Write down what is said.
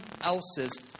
else's